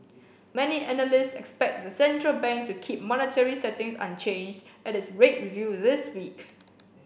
many analysts expect the central bank to keep monetary settings unchanged at its rate review this week